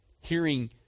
Hearing